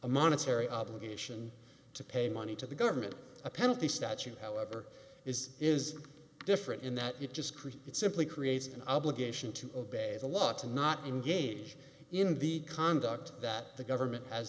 a monetary obligation to pay money to the government a penalty statute however is is different in that it just creates it simply creates an obligation to obey the law to not engage in the conduct that the government has